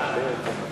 להעביר את הצעת חוק